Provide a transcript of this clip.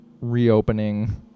reopening